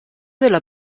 della